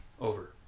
over